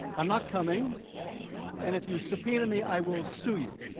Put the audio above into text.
um not coming and if you subpoena me i will see you.